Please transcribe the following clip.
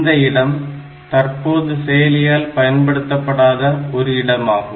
இந்த இடம் தற்போது செயலியால் பயன்படுத்தப்படாத ஒரு இடமாகும்